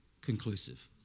conclusive